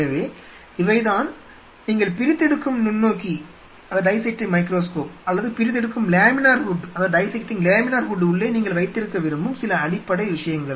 எனவே இவைதான் நீங்கள் பிரித்தெடுக்கும் நுண்ணோக்கி அல்லது பிரித்தெடுக்கும் லேமினார் ஹூட்டின் உள்ளே நீங்கள் வைத்திருக்க விரும்பும் சில அடிப்படை விஷயங்கள்